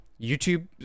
YouTube